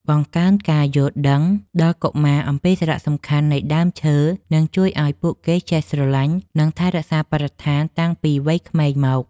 បង្កើនការយល់ដឹងដល់កុមារអំពីសារៈសំខាន់នៃដើមឈើនឹងជួយឱ្យពួកគេចេះស្រឡាញ់ និង ថែរក្សាបរិស្ថានតាំងពីវ័យក្មេងមក។